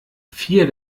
vier